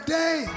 day